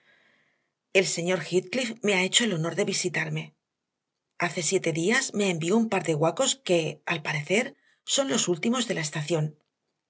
el señor heathcliff me ha hecho el honor de visitarme hace siete días me envió un par de guacos que al parecer son los últimos de la estación